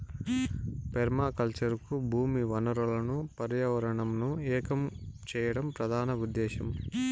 permaculture కు భూమి వనరులను పర్యావరణంను ఏకం చేయడం ప్రధాన ఉదేశ్యం